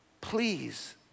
Please